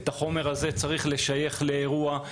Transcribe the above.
זה חומר שצריך לשייך אותו לאירוע,